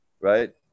right